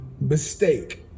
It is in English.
Mistake